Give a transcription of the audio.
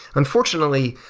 unfortunately,